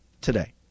today